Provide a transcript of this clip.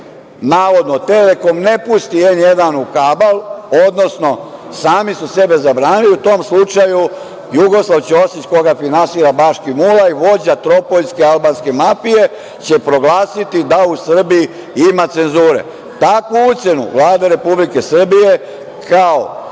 navodno „Telekom“ ne pusti N1 u kabal, odnosno sami su sebe zabranili, u tom slučaju Jugoslav Ćosić, koga finansira Baškim Uljaj, vođa tropojske albanske mafije, će proglasiti da u Srbiji ima cenzure. Takvu ucenu Vlada Republike Srbije, kao